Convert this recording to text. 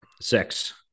six